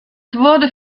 wurde